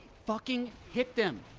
fucking hit them!